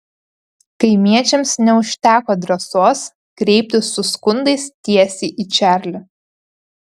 kaimiečiams neužteko drąsos kreiptis su skundais tiesiai į čarlį